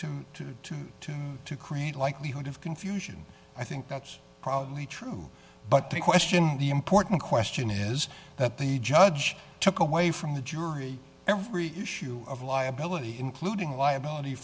to to to to to create likelihood of confusion i think that's probably true but the question the important question is that the judge took away from the jury every issue of liability including liability